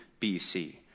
BC